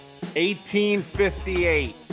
1858